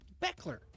Beckler